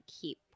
keep